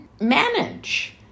manage